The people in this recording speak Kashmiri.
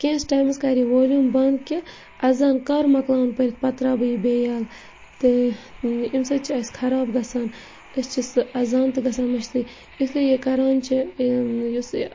کینٛہہ ہس ٹایمَس کَرِ یہِ ولیوٗم بَنٛد کہِ اَذان کَر مَکلاون پٔرِتھ پَتہٕ ترٛاوٕ بہٕ یہِ بیٚیہِ ییٚلہٕ تہٕ اَمہِ سۭتۍ چھِ اَسہِ خراب گژھان أسۍ چھِ سُہ اَذان تہِ گژھان مٔشتٕے یُتھُے یہِ کَران چھِ یُس یہِ